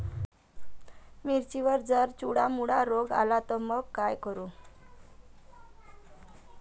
मिर्चीवर जर चुर्डा मुर्डा रोग आला त मंग का करू?